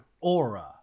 aura